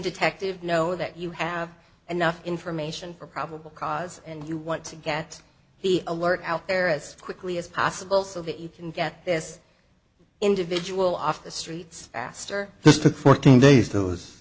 detective know that you have enough information for probable cause and you want to get the alert out there as quickly as possible so that you can get this individual off the streets faster this took fourteen